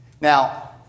Now